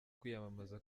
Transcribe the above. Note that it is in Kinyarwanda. kwiyamamaza